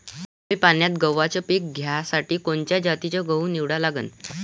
कमी पान्यात गव्हाचं पीक घ्यासाठी कोनच्या जातीचा गहू निवडा लागन?